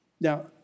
Now